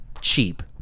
cheap